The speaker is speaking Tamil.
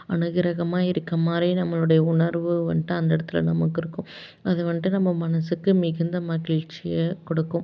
அனுகரகமாக இருக்க மாதிரி நம்மளோடைய உணர்வு வந்துட்டு அந்த இடத்துல நமக்கு இருக்கும் அது வந்துட்டு நம்ம மனசுக்கு மிகுந்த மகிழ்ச்சியை கொடுக்கும்